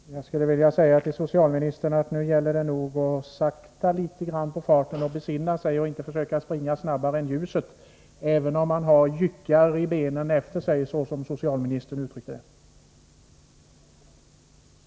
Fru talman! Jag skulle vilja säga till socialministern, att nu gäller det nog att sakta farten litet grand för att besinna sig och inte försöka springa snabbare än ljuset, även om man har jyckar efter sig i benen, som socialministern uttryckte det.